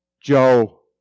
Joe